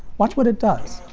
watch what it does.